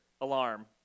alarm